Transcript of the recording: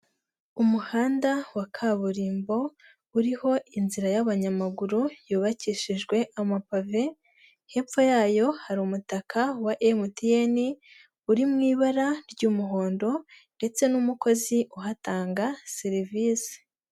Umuhanda wa kaburimbo uriho inzira y'abanyamaguru yubakishijwe amapave, hepfo yayo hari umutaka wa MTN, uri mu ibara ry'umuhondo ndetse n'umukozi uhatanga serivisi.